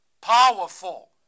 Powerful